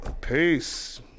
Peace